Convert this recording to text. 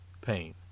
pain